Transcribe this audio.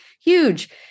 Huge